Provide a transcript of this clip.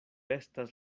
estas